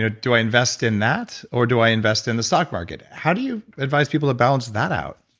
ah do i invest in that or do i invest in the stock market? how do you advise people to balance that out?